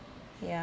ya